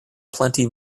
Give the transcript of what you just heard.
plenty